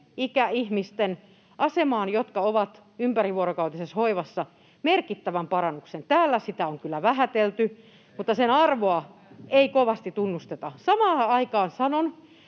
ikäihmisten, jotka ovat ympärivuorokautisessa hoivassa, asemaan merkittävän parannuksen. Täällä sitä on kyllä vähätelty, mutta sen arvoa ei kovasti tunnusteta. Samaan aikaan sanon,